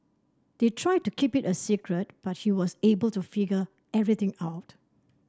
they tried to keep it a secret but he was able to figure everything out